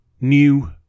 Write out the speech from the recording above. new